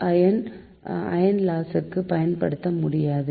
iron loss க்கு பயன்படுத்த முடியாது